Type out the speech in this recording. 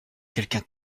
quelqu’un